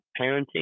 parenting